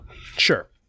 Sure